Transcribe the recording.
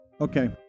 Okay